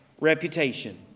reputation